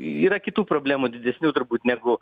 yra kitų problemų didesnių turbūt negu